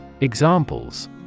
Examples